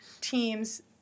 teams